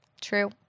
True